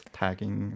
tagging